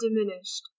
diminished